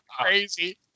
crazy